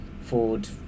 Ford